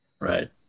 right